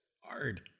Hard